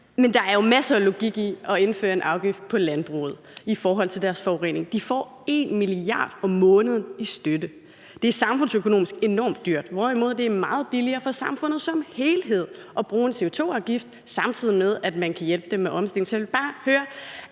Der er jo masser af logik i at indføre en afgift på landbruget i forhold til deres forurening. De får 1 mia. kr. om måneden i støtte. Det er samfundsøkonomisk enormt dyrt, hvorimod det er meget billigere for samfundet som helhed at bruge en CO2-afgift, samtidig med at man kan hjælpe dem med omstilling. Så jeg vil bare høre: